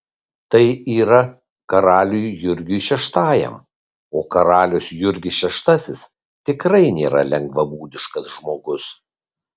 tai yra karaliui jurgiui šeštajam o karalius jurgis šeštasis tikrai nėra lengvabūdiškas žmogus